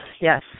Yes